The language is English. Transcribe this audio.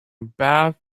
bad